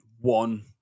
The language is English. one